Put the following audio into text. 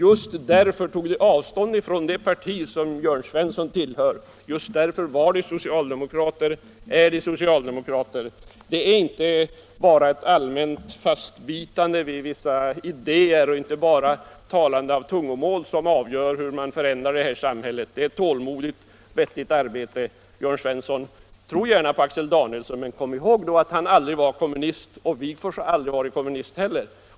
Just därför tog de avstånd från det parti som Jörn Svensson tillhör. Just därför var och är de socialdemokrater. Det är inte bara ett allmänt fastbitande vid vissa idéer och talande av tungomål som avgör hur man förändrar detta samhälle. Det är fråga om ett målmedvetet och vettigt arbete. Tro gärna på Axel Danielsson, men kom ihåg att han och Wigforss aldrig var kommunister.